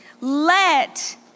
Let